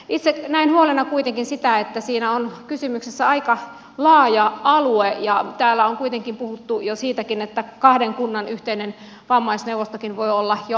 itse näen huolena kuitenkin sen että siinä on kysymyksessä aika laaja alue ja täällä on kuitenkin puhuttu jo siitäkin että kahden kunnan yhteinen vammaisneuvostokin voi olla jo liikaa